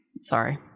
Sorry